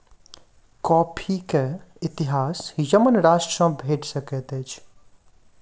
coffee के इतिहास Yemen राष्ट्र सॅ भेट सकैत अछि